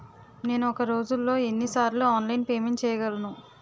నేను ఒక రోజులో ఎన్ని సార్లు ఆన్లైన్ పేమెంట్ చేయగలను?